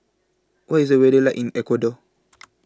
What IS The weather like in Ecuador